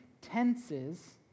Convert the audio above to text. tenses